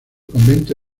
convento